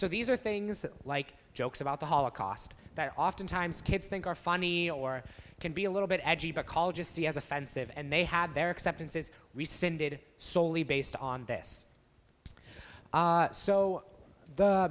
so these are things like jokes about the holocaust that oftentimes kids think are funny or can be a little bit edgy bacall just see as offensive and they had their acceptance is rescinded solely based on this so the